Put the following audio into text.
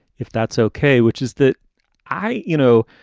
if that's ok, which is that i you know,